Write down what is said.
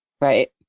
Right